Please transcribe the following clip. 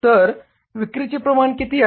तर विक्रीचे प्रमाण किती आहे